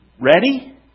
ready